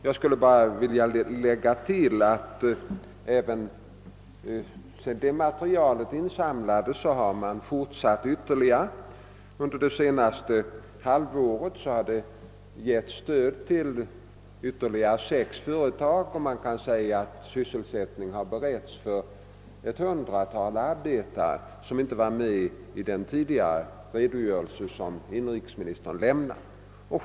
Jag skulle bara vilja tillägga, att även sedan det materialet insamlades har stödgivningen fortsatt. Under det senaste halvåret har det givits stöd till ytterligare sex företag, och sysselsättning kan sägas ha beretts åt ett hundratal arbetare. Detta var inte med i den redogörelse som inrikesministern tidigare lämnade.